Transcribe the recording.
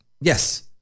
Yes